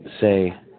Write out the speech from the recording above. Say